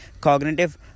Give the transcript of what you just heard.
cognitive